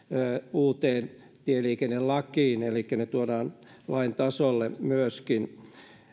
uuteen tieliikennelakiin elikkä ne tuodaan lain tasolle myöskin